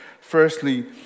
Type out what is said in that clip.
Firstly